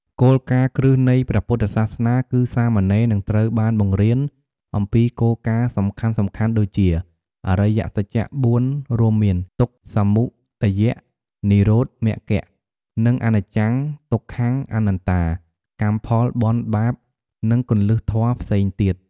គោលការណ៍គ្រឹះនៃព្រះពុទ្ធសាសនា គឺសាមណេរនឹងត្រូវបានបង្រៀនអំពីគោលការណ៍សំខាន់ៗដូចជា អរិយសច្ច ៤ រួមមាន ទុក្ខ សមុទ័យ និរោធ មគ្គ និង អនិច្ចំ ទុក្ខំ អនត្តា កម្មផល បុណ្យ បាប និងគន្លឹះធម៌ផ្សេងទៀត។